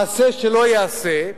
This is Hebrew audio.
מעשה שלא ייעשה.